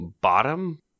Bottom